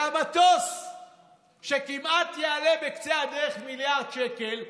והמטוס שכמעט יעלה בקצה הדרך מיליארד שקל,